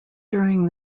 during